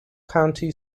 county